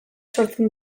sortzen